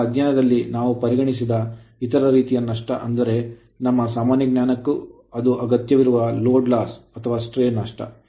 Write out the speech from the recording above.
ಈಗ ನಮ್ಮ ಅಧ್ಯಯನದಲ್ಲಿ ನಾವು ಪರಿಗಣಿಸದ ಇತರ ರೀತಿಯ ನಷ್ಟ ಆದರೆ ನಮ್ಮ ಸಾಮಾನ್ಯ ಜ್ಞಾನಕ್ಕೆ ಅದು ಅಗತ್ಯವಿರುವ load loss ನಷ್ಟ ಅಥವಾ stray ನಷ್ಟ